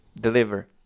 deliver